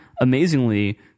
amazingly